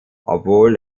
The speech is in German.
obwohl